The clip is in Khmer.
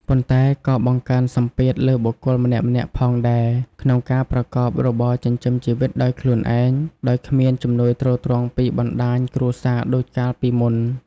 ប៉ុន្តែក៏បង្កើនសម្ពាធលើបុគ្គលម្នាក់ៗផងដែរ ក្នុងការប្រកបរបរចិញ្ចឹមជីវិតដោយខ្លួនឯង ដោយគ្មានជំនួយទ្រទ្រង់ពីបណ្តាញគ្រួសារដូចកាលពីមុន។